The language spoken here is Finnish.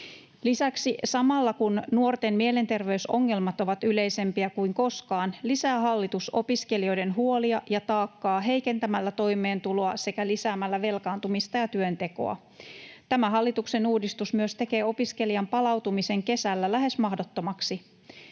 Lisäksi samalla kun nuorten mielenterveysongelmat ovat yleisempiä kuin koskaan, lisää hallitus opiskelijoiden huolia ja taakkaa heikentämällä toimeentuloa sekä lisäämällä velkaantumista ja työntekoa. Tämä hallituksen uudistus myös tekee opiskelijan palautumisen kesällä lähes mahdottomaksi.